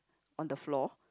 on the floor